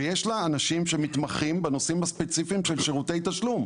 ויש לה אנשים שמתחמים בנושאים הספציפיים של שירותי תשלום,